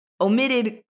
omitted